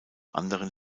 anderen